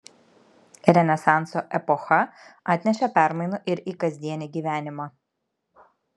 renesanso epocha atnešė permainų ir į kasdienį gyvenimą